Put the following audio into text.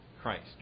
Christ